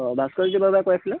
অঁ ভাস্কৰজ্যোতি কৈ আছিলে